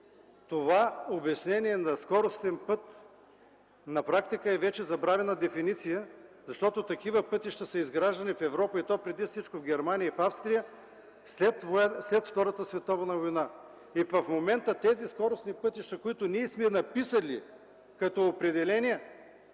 това обяснение на скоростен път на практика е вече забравена дефиниция, защото такива пътища са изграждани в Европа, и то преди всичко в Германия и в Австрия, след Втората световна война. В момента скоростните пътища, които сме написали като определение,